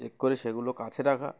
check করে সেগুলো কাছে রাখা